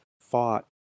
fought